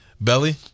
Belly